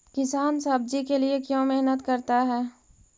किसान सब्जी के लिए क्यों मेहनत करता है?